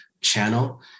channel